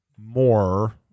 more